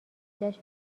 جشن